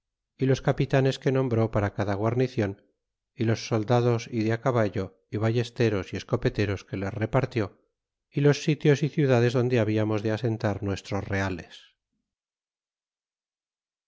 y los capitanes que nombre para cada guarnicion y los soldados y de á caballo y ballesteros y escopeteros que les repartió y los sitios y ciudades donde hablamos de asentar nuestros reales